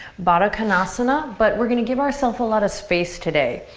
baddha konasana but we're gonna give ourself a lot of space today.